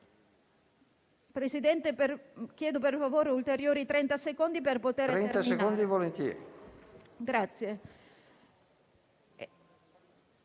Presidente, le chiedo per favore ulteriori trenta secondi per poter terminare.